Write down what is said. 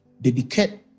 dedicate